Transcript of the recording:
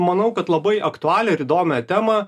manau kad labai aktualią ir įdomią temą